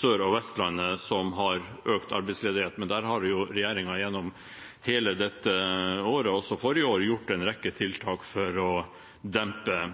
Sør- og Vestlandet, som har økt arbeidsledighet, men der har jo regjeringen gjennom hele dette året og også i forrige år satt i verk en rekke tiltak for å dempe